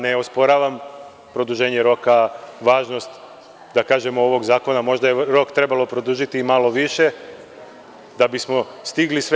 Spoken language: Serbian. Ne osporavam produženje roka važnosti ovog zakona, možda je rok trebalo produžiti i malo više, da bismo stigli sve.